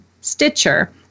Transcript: Stitcher